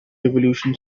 revolution